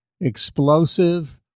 explosive